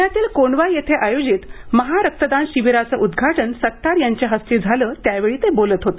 पुण्यातील कोंढवा इथं आयोजित महारक्तदान शिबिराचं उद्घाटन सत्तार यांच्या हस्ते झालं त्यावेळी ते बोलत होते